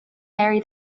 mary